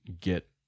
get